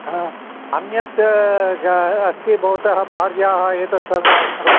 हा अन्यत् अस्ति भवतः भार्याः एतत् सर्वं सर्व